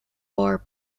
war